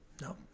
no